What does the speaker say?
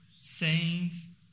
sayings